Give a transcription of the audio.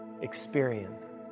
experience